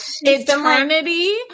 eternity